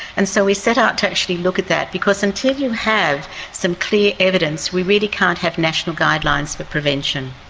and so we set out to actually look at that, because until you have some clear evidence, we really can't have national guidelines for but prevention.